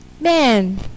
Man